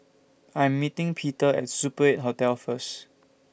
I Am meeting Peter At Super eight Hotel First